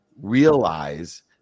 realize